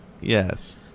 Yes